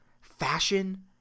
fashion